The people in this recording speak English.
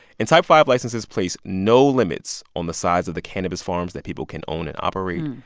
and type five licenses place no limits on the size of the cannabis farms that people can own and operate.